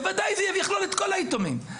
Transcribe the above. בוודאי שזה יכלול את כל היתומים.